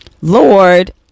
Lord